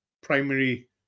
primary